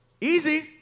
Easy